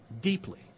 deeply